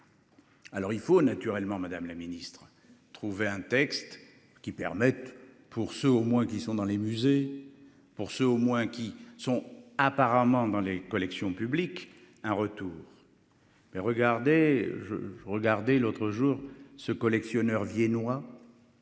Alors il faut naturellement Madame la Ministre trouver un texte qui permettent pour ceux au moins qui sont dans les musées. Pour ceux au moins qui sont apparemment dans les collections publiques un retour. Mais regardez je je regardais l'autre jour ce collectionneur viennois.